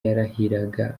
yarahiriraga